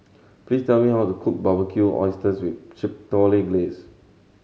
please tell me how to cook Barbecued Oysters with Chipotle Glaze